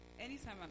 Anytime